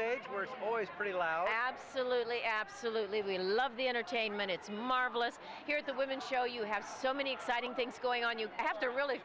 stage were always pretty loud absolute we absolutely love the entertainment it's marvelous here the women show you have so many exciting things going on you have to really